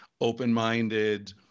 open-minded